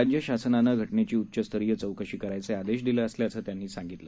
राज्य शासनानं घटनेची उच्चस्तरीय चौकशी करायचे आदेश दिले असल्याचंही देशम्ख यांनी सांगितलं